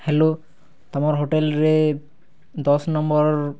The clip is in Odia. ହ୍ୟାଲୋ ତମର୍ ହୋଟେଲ୍ରେ ଦଶ୍ ନମ୍ବର୍